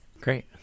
Great